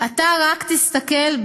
"אתה רק תסתכל,